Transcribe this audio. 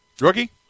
Rookie